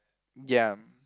ya